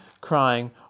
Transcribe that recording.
crying